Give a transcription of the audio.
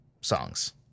songs